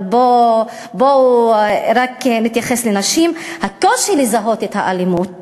אבל בואו נתייחס רק לנשים: הקושי לזהות את האלימות